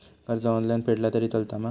कर्ज ऑनलाइन फेडला तरी चलता मा?